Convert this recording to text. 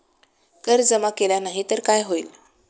कर जमा केला नाही तर काय होईल?